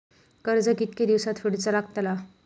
कर्ज कितके दिवसात फेडूचा लागता?